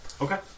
Okay